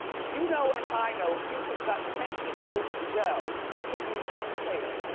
you know and i know future's got plenty of dough hidden someplace.